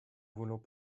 voulant